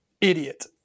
idiot